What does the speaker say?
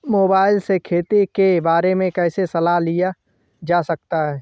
Mobile से खेती के बारे कैसे सलाह लिया जा सकता है?